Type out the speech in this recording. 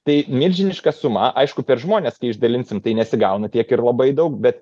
tai milžiniška suma aišku per žmones kai išdalinsim tai nesigauna tiek ir labai daug bet